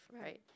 right